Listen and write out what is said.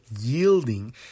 yielding